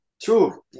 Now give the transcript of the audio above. True